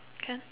can